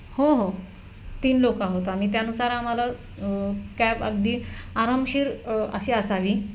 हो हो तीन लोकं आहोत आम्ही त्यानुसार आम्हाला कॅब अगदी आरामशीर अशी असावी